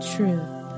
truth